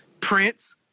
Prince